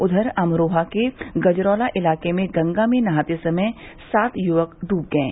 उधर अमरोहा के गजरौला इलाके में गंगा में नहाते समय सात युवक डूब गये